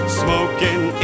smoking